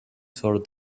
for